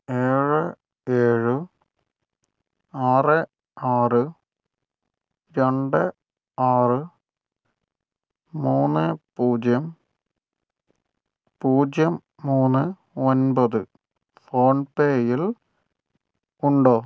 ഏഴ് ഏഴ് ആറ് ആറ് രണ്ട് ആറ് മൂന്ന് പൂജ്യം പൂജ്യം മൂന്ന് ഒൻപത് ഫോൺപേയിൽ ഉണ്ടോ